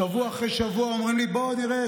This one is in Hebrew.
שבוע אחרי שבוע אומרים לי: בוא נראה,